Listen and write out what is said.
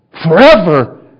forever